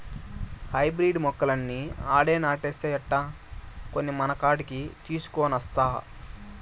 hybrid మొక్కలన్నీ ఆడే నాటేస్తే ఎట్టా, కొన్ని మనకాడికి తీసికొనొస్తా